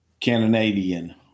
Canadian